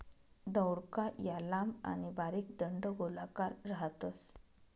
दौडका या लांब आणि बारीक दंडगोलाकार राहतस